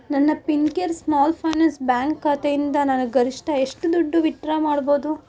ನನ್ನ Fincare small finance bank ಖಾತೆಯಿಂದ ನಾನು ಗರಿಷ್ಠ ಎಷ್ಟು ದುಡ್ಡು ವಿತ್ಡ್ರಾ ಮಾಡ್ಬೋದು